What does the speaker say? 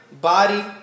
body